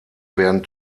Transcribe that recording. werden